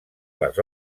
les